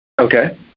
Okay